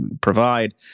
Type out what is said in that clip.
provide